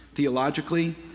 theologically